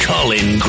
Colin